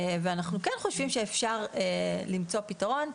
ואנחנו כן חושבים שאפשר למצוא פתרון.